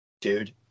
dude